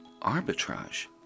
Arbitrage